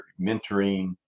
mentoring